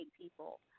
people